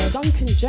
Duncan